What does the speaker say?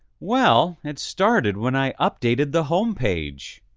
well, it started when i updated the homepage.